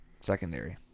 Secondary